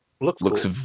looks